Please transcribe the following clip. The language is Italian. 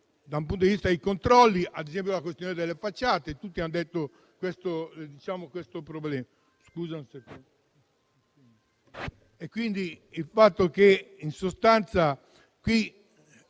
dal punto di vista dei controlli, ad esempio sulla questione delle facciate. Tutti hanno parlato di questo problema.